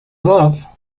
love